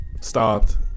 stopped